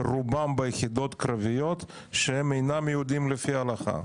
רובם ביחידות קרביות שהם אינם יהודים לפי ההלכה.